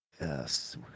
Yes